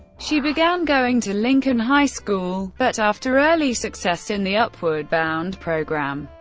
she began going to lincoln high school but after early success in the upward bound program,